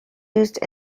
used